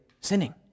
sinning